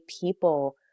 people